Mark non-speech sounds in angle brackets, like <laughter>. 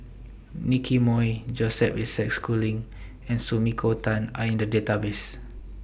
<noise> Nicky Moey Joseph Isaac Schooling and Sumiko Tan Are in The Database